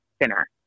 thinner